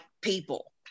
people